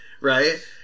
Right